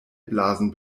blasen